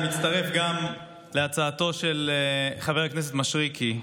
גם אני מצטרף להצעתו של חבר הכנסת מישרקי.